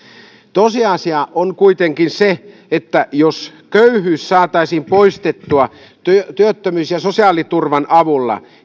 tosiasia on kuitenkin se että jos köyhyys saataisiin poistettua työttömyys ja sosiaaliturvan avulla